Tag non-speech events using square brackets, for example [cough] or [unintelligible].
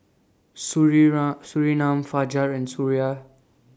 [unintelligible] Surinam Fajar and Suraya